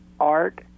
art